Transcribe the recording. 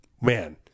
Man